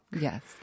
yes